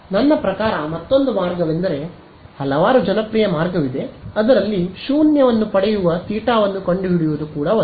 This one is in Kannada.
ನನ್ನ ಪ್ರಕಾರ ಮತ್ತೊಂದು ಮಾರ್ಗವೆಂದರೆ ಹಲವಾರು ಜನಪ್ರಿಯ ಮಾರ್ಗವಿದೆ ಅದರಲ್ಲಿ ಶೂನ್ಯವನ್ನು ಪಡೆಯುವ ಥೀಟಾವನ್ನು ಕಂಡುಹಿಡಿಯುವುದು ಕೂಡ ಒಂದು